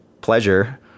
pleasure